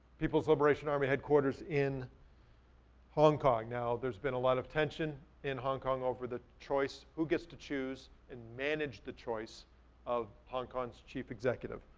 people's liberation army headquarters in hong kong. now there's been a lot of tension in hong kong over the choice, who gets to choose and manage the choice of hong kong's chief executive.